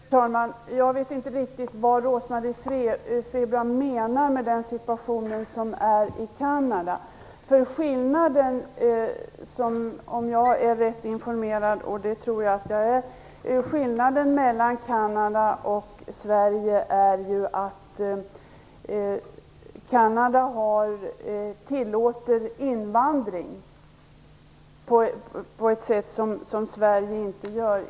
Fru talman! Jag vet inte riktigt vad Rose-Marie Frebran menar när hon talar om den modell man har i Kanada. Om jag är rätt informerad, och det tror jag att jag är, är skillnaden mellan Kanada och Sverige att Kanada tillåter invandring på ett sätt som Sverige inte gör.